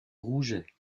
rouget